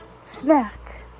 Smack